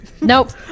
Nope